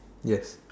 yes